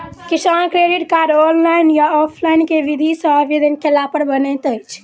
किसान credit card, online या offline केँ विधि सँ आवेदन कैला पर बनैत अछि?